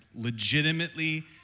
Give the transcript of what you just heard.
legitimately